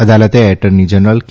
અદાલતે attorney general કે